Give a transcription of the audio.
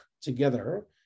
together